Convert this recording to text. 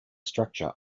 structure